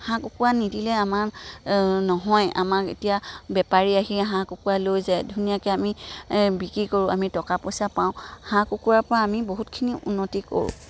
হাঁহ কুকুৰা নিদিলে আমাৰ নহয় আমাক এতিয়া বেপাৰী আহি হাঁহ কুকুৰা লৈ যায় ধুনীয়াকে আমি বিক্ৰী কৰোঁ আমি টকা পইচা পাওঁ হাঁহ কুকুৰাৰ পৰা আমি বহুতখিনি উন্নতি কৰোঁ